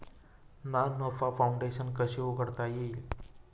ना नफा फाउंडेशन कशी उघडता येईल?